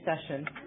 session